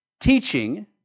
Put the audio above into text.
teaching